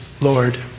Lord